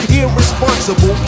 irresponsible